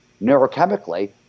Neurochemically